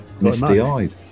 misty-eyed